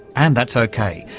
and that's okay,